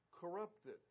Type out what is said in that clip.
corrupted